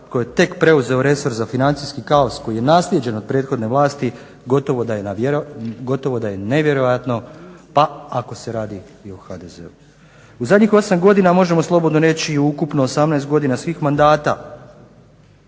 tko je tek preuzeo resor za financijski kaos koji je naslijeđen od prethodne vlasti gotovo da je nevjerojatno pa ako se radi i o HDZ-u. U zadnjih 8 godina možemo slobodno reći i ukupno 18 godina svih mandata